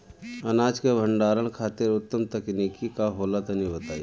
अनाज के भंडारण खातिर उत्तम तकनीक का होला तनी बताई?